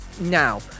Now